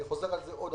אני חוזר על זה שוב.